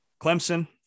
clemson